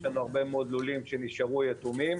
יש לנו הרבה מאוד לולים שנשארו יתומים.